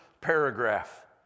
paragraph